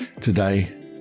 today